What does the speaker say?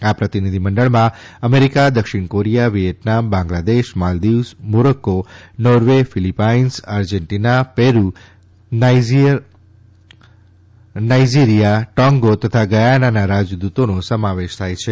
આ પ્રતિનિધિમંડળમાં અમેરીકા દક્ષિણ Korea Vietnam Bangladesh Maldives Morocco Norway Philippines Argentina Peru Niger Nigeria Togo તથા ગયાનાના રાજદૂતોનો સમાવેશ થાય છે